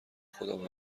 خودم